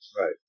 right